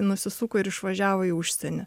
nusisuko ir išvažiavo į užsienį